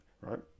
right